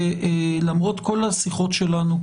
למרות כל השיחות שלנו,